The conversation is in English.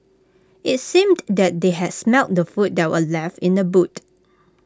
IT seemed that they had smelt the food that were left in the boot